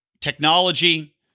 Technology